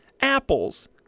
apples